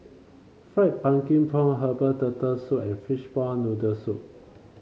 fried pumpkin prawn Herbal Turtle Soup and Fishball Noodle Soup